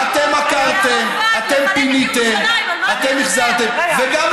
אתם נתתם התחייבות לערפאת לחלק את ירושלים.